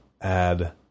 add